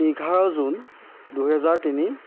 এঘাৰ জুন দুহেজাৰ তিনি